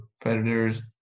predators